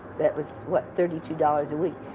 that was, what, thirty two dollars a week.